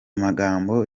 magambo